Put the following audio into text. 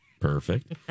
Perfect